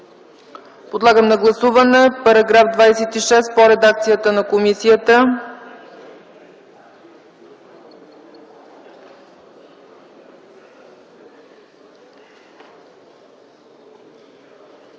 Подлагам на гласуване § 26 по редакцията на комисията.